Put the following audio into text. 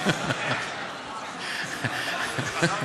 אני מסתפק.